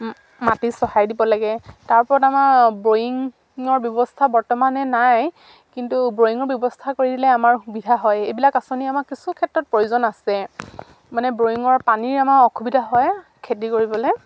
মাটিত চহাই দিব লাগে তাৰ ওপৰত আমাৰ ব্ৰয়িঙৰ ব্যৱস্থা বৰ্তমানে নাই কিন্তু ব্ৰয়িঙৰ ব্যৱস্থা কৰিলে আমাৰ সুবিধা হয় এইবিলাক আঁচনি আমাৰ কিছু ক্ষেত্ৰত প্ৰয়োজন আছে মানে ব্ৰয়িঙৰ পানীৰ আমাৰ অসুবিধা হয় খেতি কৰিবলে